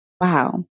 wow